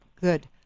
Good